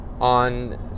on